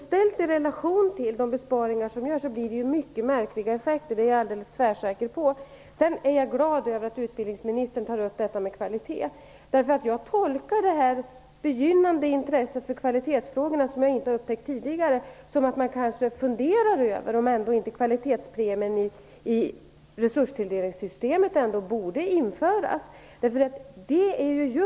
Ställt i relation till de besparingar som görs blir det mycket märkliga effekter, det är jag tvärsäker på. Jag är glad över att utbildningsministern tar upp detta med kvalitet. Jag tolkar det begynnande intresset för kvalitetsfrågorna, som jag inte upptäckt tidigare, som att man kanske funderar över om ändå inte kvalitetspremier i resurstilldelningssystemet borde införas.